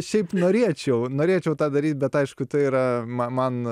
šiaip norėčiau norėčiau tą daryt bet aišku tai yra ma man